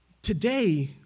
Today